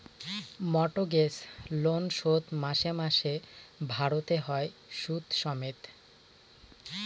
mortgage loan শোধ মাসে মাসে ভারতে হয় সুদ সমেত